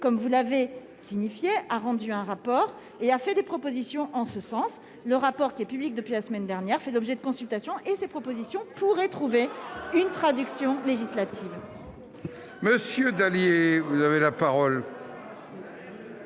Comme vous l'avez souligné, ce dernier a rendu un rapport et formulé des propositions en ce sens. Le rapport, rendu public la semaine dernière, fait l'objet de consultations, et ses propositions pourraient trouver une traduction législative.